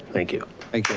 thank you.